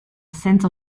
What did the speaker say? senza